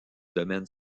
domaine